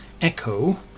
echo